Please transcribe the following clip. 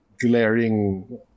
glaring